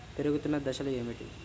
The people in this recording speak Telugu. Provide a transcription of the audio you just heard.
పెరుగుతున్న దశలు ఏమిటి?